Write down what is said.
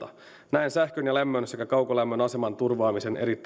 näen sähkön ja lämmön sekä kaukolämmön aseman turvaamisen erittäin tärkeänä